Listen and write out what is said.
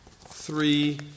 three